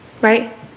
right